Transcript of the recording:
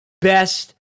best